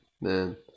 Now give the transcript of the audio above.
man